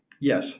Yes